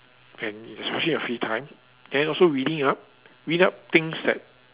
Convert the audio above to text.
and in especially your free time and also reading up read up things that